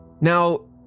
Now